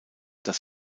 das